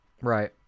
right